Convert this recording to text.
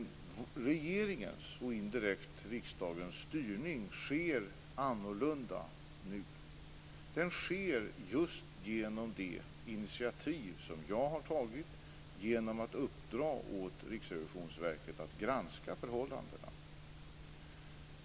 Regeringens, och indirekt riksdagens, styrning sker annorlunda nu. Den sker just genom det initiativ som jag har tagit genom att uppdra åt Riksrevisionsverket att granska förhållandena.